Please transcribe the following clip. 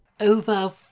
Over